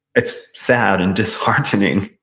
it's sad and disheartening,